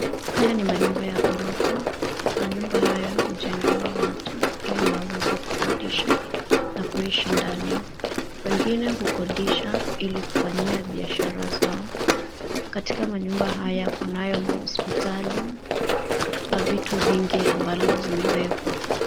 Haya ni manyumba ya ghorofa. Manyumba haya hujengewa watu ili waweze kukodisha na kuishi ndani. Wengine hukodisha ili kufanyia biashara zao. Katika manyumba haya, kunayo mahospitali na vitu vingi ambalo zimewekwa.